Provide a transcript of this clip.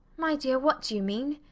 my dear, what do you mean?